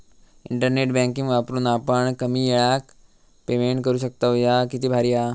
internet banking वापरून आपण कमी येळात पेमेंट करू शकतव, ह्या किती भारी हां